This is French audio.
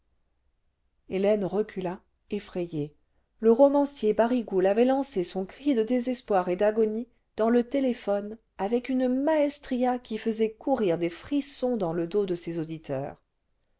hélène recula effrayée le romancier barigoul avait lancé son cri de désespoir et d'agonie dans le téléphone avec une maestria qui faisait courir des frissons dans le dos de ses auditeurs